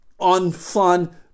unfun